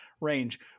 range